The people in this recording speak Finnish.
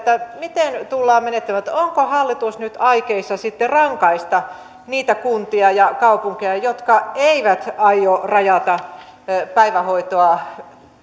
miten tullaan menettelemään onko hallitus nyt aikeissa sitten rangaista niitä kuntia ja kaupunkeja jotka eivät aio rajata päivähoitoa